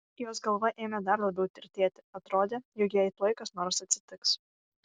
jos galva ėmė dar labiau tirtėti atrodė jog jai tuoj kas nors atsitiks